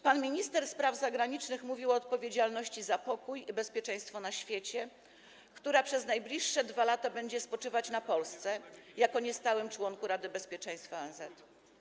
Pan minister spraw zagranicznych mówił o odpowiedzialności za pokój i bezpieczeństwo na świecie, która przez najbliższe 2 lata będzie spoczywać na Polsce jako niestałym członku Rady Bezpieczeństwa ONZ.